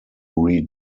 read